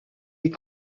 est